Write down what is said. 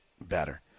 better